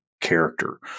character